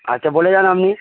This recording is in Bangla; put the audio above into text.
আচ্ছা বলে যান আপনি